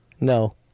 No